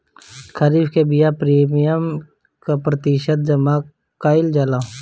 खरीफ के बीमा प्रमिएम क प्रतिशत जमा कयील जाला?